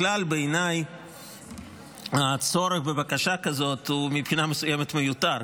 בכלל בעיניי הצורך בבקשה כזאת הוא מבחינה מסוימת מיותר.